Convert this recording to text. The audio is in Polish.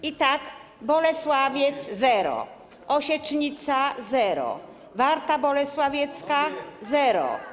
I tak: Bolesławiec - zero, Osiecznica - zero, Warta Bolesławiecka - zero.